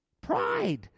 Pride